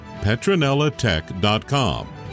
PetronellaTech.com